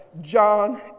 John